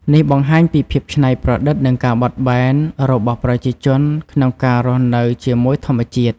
នេះបង្ហាញពីភាពច្នៃប្រឌិតនិងការបត់បែនរបស់ប្រជាជនក្នុងការរស់នៅជាមួយធម្មជាតិ។